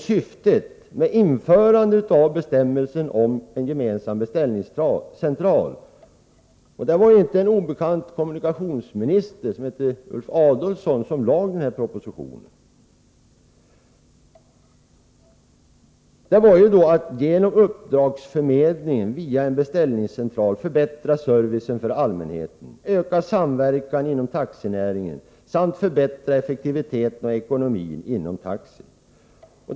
Syftet med införandet av bestämmelsen om en gemensam beställningscentral — det var den inte obekante kommunikationsministern Ulf Adelsohn som lade fram propositionen — var att genom uppdragsförmedling via en beställningscentral förbättra servicen för allmänheten, öka samverkan inom taxinäringen samt förbättra effektiviteten och ekonomin inom taxiverksamheten.